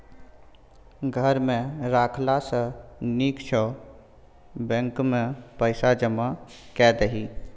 घर मे राखला सँ नीक छौ बैंकेमे पैसा जमा कए दही